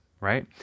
right